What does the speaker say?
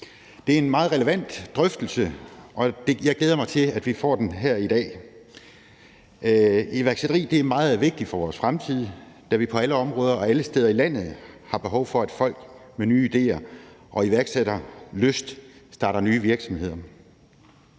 Det er en meget relevant drøftelse, og jeg glæder mig til, at vi får den her i dag. Iværksætteri er meget vigtigt for vores fremtid, da vi på alle områder og alle steder i landet har behov for, at folk med nye idéer og iværksætterlyst starter nye virksomheder.